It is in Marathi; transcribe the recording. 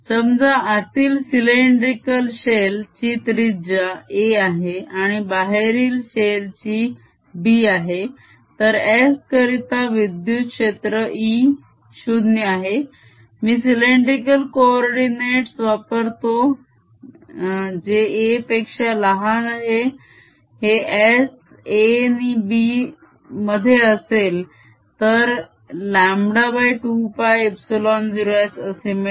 समजा आतील सिलेन्ड्रीकल शेल ची त्रिज्या a आहे आणि बाहेरील शेल ची b आहे तर S करिता विद्युत क्षेत्र E 0 आहे मी सिलेन्ड्रीकल कोओर्डीनेटस वापरतो आहे जे a पेक्षा लहान आहे हे s a नि b मध्ये असेल तर 2π0s असे मिळेल